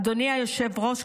אדוני היושב-ראש,